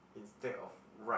instead of right